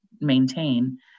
maintain